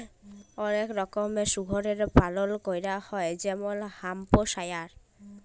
অলেক রকমের শুয়রের পালল ক্যরা হ্যয় যেমল হ্যাম্পশায়ার